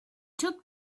took